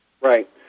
Right